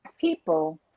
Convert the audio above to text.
people